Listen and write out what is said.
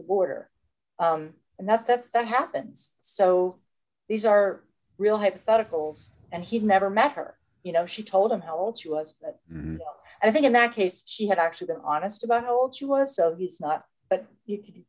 the border and that that's what happens so these are real hypotheticals and he never met her you know she told him how old she was and i think in that case she had actually been honest about how old she was so he's not but you c